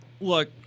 look